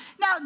Now